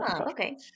okay